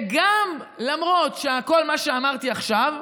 למרות כל מה שאמרתי עכשיו,